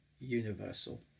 universal